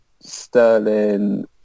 sterling